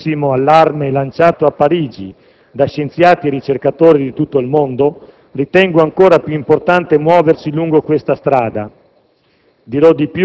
dal gravissimo allarme lanciato a Parigi da scienziati e ricercatori di tutto il mondo, ritengo ancora più importante muoversi lungo questa strada.